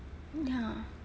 ya